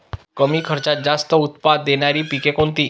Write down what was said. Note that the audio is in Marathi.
कमी खर्चात जास्त उत्पाद देणारी पिके कोणती?